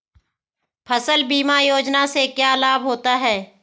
फसल बीमा योजना से क्या लाभ होता है?